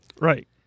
Right